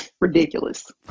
ridiculous